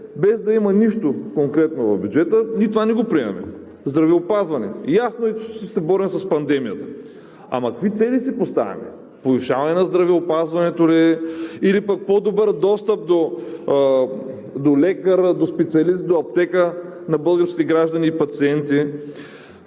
без да има нищо конкретно в бюджета, ние това не го приемаме. Здравеопазване. Ясно е, че ще се борим с пандемията. Ама какви цели си поставяме: повишаване на здравеопазването ли, или пък по-добър достъп до лекар, до специалист, до аптека на българските граждани и пациенти.